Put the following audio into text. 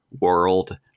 world